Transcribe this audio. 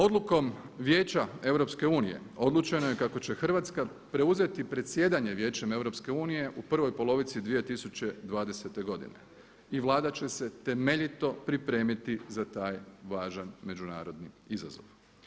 Odlukom Vijeća EU odlučeno je kako će Hrvatska preuzeti predsjedanjem Vijećem EU u prvoj polovici 2020. godine i Vlada će se temeljito pripremiti za taj važan međunarodni izazov.